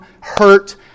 hurt